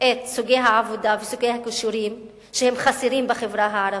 את סוגי העבודה וסוגי הכישורים שחסרים בחברה הערבית,